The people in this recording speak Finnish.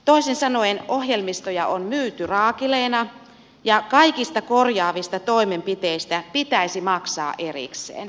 toisin sanoen ohjelmistoja on myyty raakileina ja kaikista korjaavista toimenpiteistä pitäisi maksaa erikseen